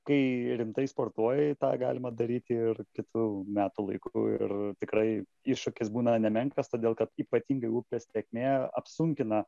kai rimtai sportuoji tą galima daryti ir kitu metų laiku ir tikrai iššūkis būna nemenkas todėl kad ypatingai upės tėkmė apsunkina